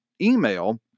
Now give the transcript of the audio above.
email